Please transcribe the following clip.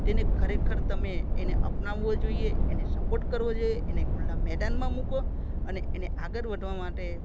તેને ખરેખર તમે એને અપનાવવો જોઈએ એને સપોર્ટ કરવો જોઈએ એને ખુલ્લા મેદાનમાં મૂકો અને એને આગળ વધવા માટે